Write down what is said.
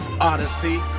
Odyssey